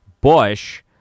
Bush